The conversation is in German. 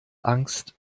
angst